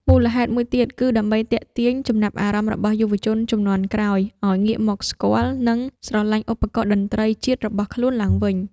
មូលហេតុមួយទៀតគឺដើម្បីទាក់ទាញចំណាប់អារម្មណ៍របស់យុវជនជំនាន់ក្រោយ ឱ្យងាកមកស្គាល់ និងស្រឡាញ់ឧបករណ៍តន្ត្រីជាតិរបស់ខ្លួនឡើងវិញ។